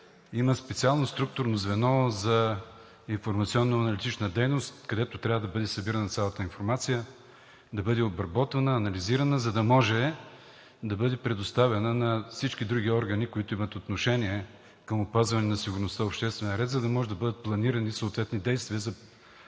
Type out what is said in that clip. има специално структурно звено за информационно-аналитична дейност, където трябва да бъде събирана цялата информация, да бъде обработвана, анализирана, за да може да бъде предоставена на всички други органи, които имат отношение към опазване на сигурността и обществения ред, за да може да бъдат планирани съответни действия за